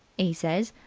e says.